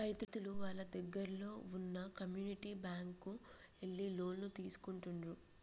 రైతులు వాళ్ళ దగ్గరల్లో వున్న కమ్యూనిటీ బ్యాంక్ కు ఎళ్లి లోన్లు తీసుకుంటుండ్రు